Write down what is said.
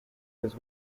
his